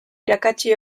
irakatsi